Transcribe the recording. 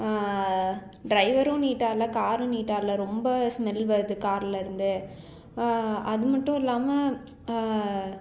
டிரைவரும் நீட்டாக இல்லை காரும் நீட்டாக இல்லை ரொம்ப ஸ்மெல் வருது கார்ல இருந்து அதுமட்டும் இல்லாமல்